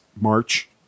March